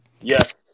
Yes